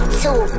two